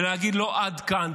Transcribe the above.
ולהגיד לו: עד כאן,